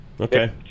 Okay